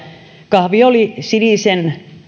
kahvi oli sinisen